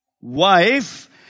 wife